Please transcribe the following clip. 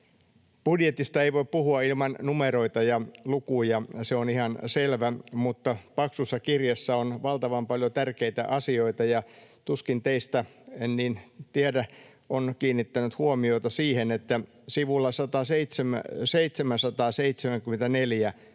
Budjetista ei voi puhua ilman numeroita ja lukuja, se on ihan selvä, mutta paksussa kirjassa on valtavan paljon tärkeitä asioita. Ja tuskin teistä moni, en niin tiedä, on kiinnittänyt huomiota siihen, että sivulla 774 on